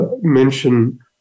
mention